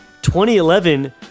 2011